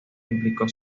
implicó